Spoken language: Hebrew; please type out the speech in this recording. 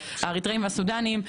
האריתראים והסודנים.